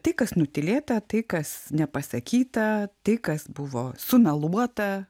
tai kas nutylėta tai kas nepasakyta tai kas buvo sumeluota